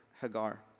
Hagar